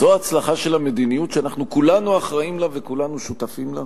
זו ההצלחה של המדיניות שכולנו אחראים לה וכולנו שותפים לה?